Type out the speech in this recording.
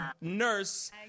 nurse